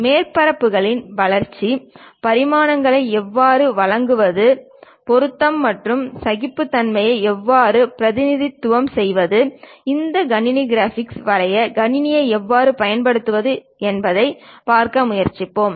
மேற்பரப்புகளின் வளர்ச்சி பரிமாணங்களை எவ்வாறு வழங்குவது பொருத்தம் மற்றும் சகிப்புத்தன்மையை எவ்வாறு பிரதிநிதித்துவம் செய்வது இந்த கணினி கிராபிக்ஸ் வரைய கணினிகளை எவ்வாறு பயன்படுத்துவது என்பதையும் பார்க்க முயற்சிப்போம்